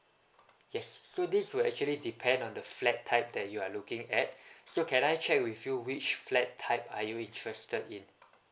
yes so this will actually depend on the flat type that you are looking at so can I check with you which flat type are you interested in